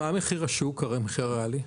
מה מחיר השוק, המחיר הריאלי?